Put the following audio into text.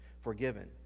forgiven